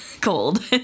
cold